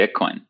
Bitcoin